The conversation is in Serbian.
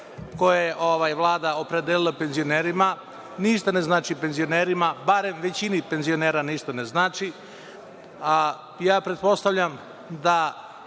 koje je Vlada opredelila penzionerima ništa ne znači penzionerima, bar većini penzionera ništa ne znači. Ja pretpostavljam da